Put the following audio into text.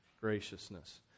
graciousness